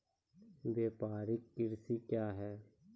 व्यापारिक कृषि क्या हैं?